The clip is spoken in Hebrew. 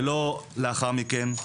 ולא לאחר מכן.